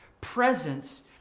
Presence